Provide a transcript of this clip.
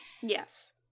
yes